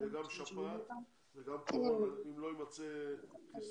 אז תהיה גם שפעת וגם קורונה אם לא יימצא חיסון